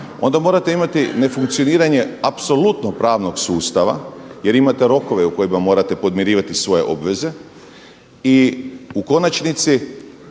onda morate imati nefunkcioniranje apsolutno pravnog sustava jer imate rokove u kojima morate podmirivati svoje obveze i u konačnici